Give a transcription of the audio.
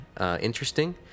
interesting